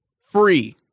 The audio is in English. free